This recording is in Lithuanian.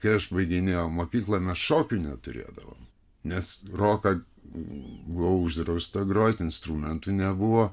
kai aš baiginėjau mokyklą mes šokių neturėdavome nes roką buvo uždrausta groti instrumentų nebuvo